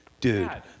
dude